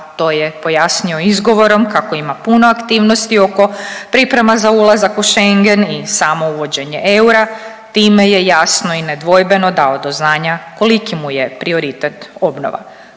to je pojasnio izgovorom kako ima puno aktivnosti oko priprema za ulazak u Schengen i samo uvođenje eura. Time je jasno i nedvojbeno dao do znanja koliki mu je prioritet obnova.